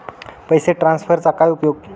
पैसे ट्रान्सफरचा काय उपयोग?